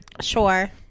Sure